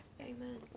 Amen